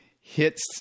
hits